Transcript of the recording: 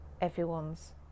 everyone's